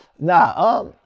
Nah